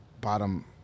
bottom